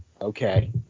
Okay